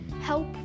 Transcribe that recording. help